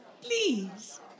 please